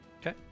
Okay